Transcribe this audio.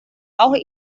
auch